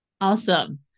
Awesome